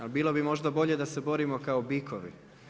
Ali bilo bi možda bolje da se borimo kao bikovi.